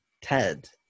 Ted